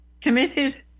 committed